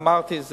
אמרתי,